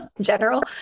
general